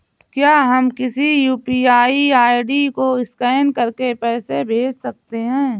क्या हम किसी यू.पी.आई आई.डी को स्कैन करके पैसे भेज सकते हैं?